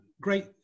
great